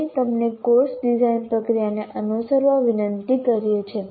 અમે તમને course design પ્રક્રિયાને અનુસરવા વિનંતી કરીએ છીએ